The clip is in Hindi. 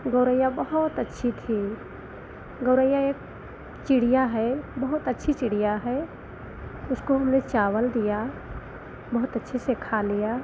गौरैया बहुत अच्छी थी गौरैया एक चिड़िया है बहुत अच्छी चिड़िया है उसको हमने चावल दिया बहुत अच्छे से खा लिया